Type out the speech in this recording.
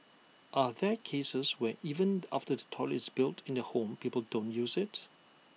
are there cases where even after the toilet is built in the home people don't use IT